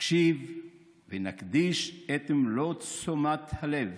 נקשיב ונקדיש את מלוא תשומת הלב,